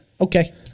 Okay